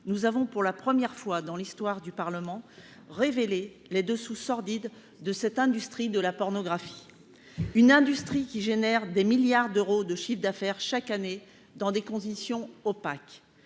nous avons pour la première fois dans l'histoire du Parlement révéler les dessous sordides de cette industrie de la pornographie, une industrie qui génère des milliards d'euros de chiffre d'affaires chaque année dans des conditions opaques,